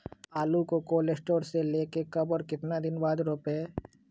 आलु को cold store से ले के कब और कितना दिन बाद रोपे?